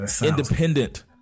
Independent